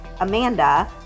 Amanda